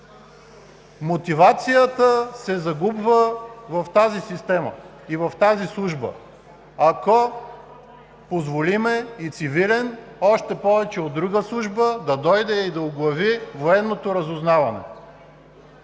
мотивацията се загубва в тази система и в тази служба, ако позволим и цивилен, още повече от друга служба, да дойде и да оглави Военното разузнаване.